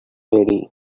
lady